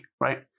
right